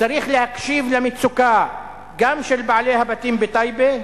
צריך להקשיב למצוקה גם של בעלי הבתים בטייבה,